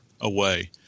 away